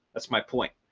that's my point.